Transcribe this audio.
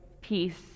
peace